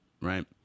right